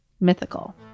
mythical